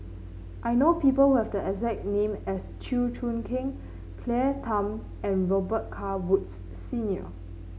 I know people who have the exact name as Chew Choo Keng Claire Tham and Robet Carr Woods Senior